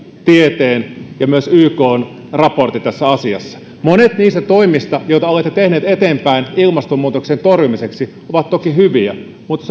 tieteen ja myös ykn raportin tässä asiassa monet niistä toimista joita olette vieneet eteenpäin ilmastonmuutoksen torjumiseksi ovat toki hyviä mutta